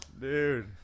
Dude